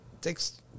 takes